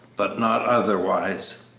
but not otherwise.